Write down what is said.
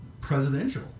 presidential